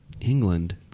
England